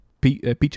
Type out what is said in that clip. Peach